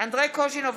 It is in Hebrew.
אנדרי קוז'ינוב,